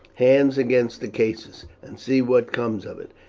hands against the caestus, and see what comes of it.